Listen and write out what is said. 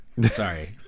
Sorry